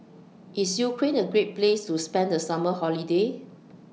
IS Ukraine A Great Place to spend The Summer Holiday